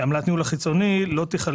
המצב.